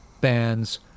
bands